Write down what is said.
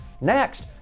Next